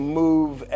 move